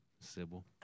Sybil